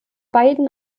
beiden